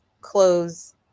close